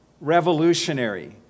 revolutionary